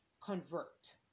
convert